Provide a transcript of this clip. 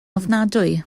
ofnadwy